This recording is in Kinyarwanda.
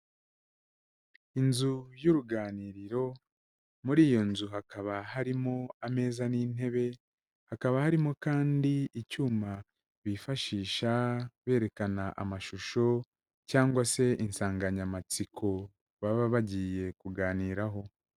Inzu y'uruganiriro, muri iyo nzu hakaba harimo ameza n'intebe, hakaba harimo kandi icyuma bifashisha berekana amashusho, cyangwa se insanganyamatsiko baba bagiye kuganiraho.